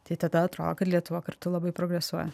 tai tada atrodo kad lietuva kartu labai progresuoja